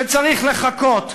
שצריך לחכות,